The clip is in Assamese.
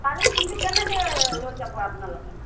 পাৰিম কিন্তু কেনেকৈ লৈ যাব আপোনালোকে